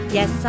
Yes